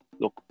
look